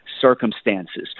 circumstances